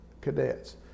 cadets